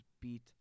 beat